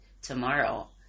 tomorrow